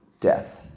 Death